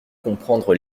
comprendre